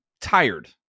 tired